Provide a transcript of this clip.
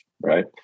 right